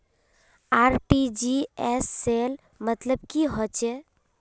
RTGS सेल मतलब की होचए?